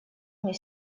мне